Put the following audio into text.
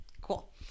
Cool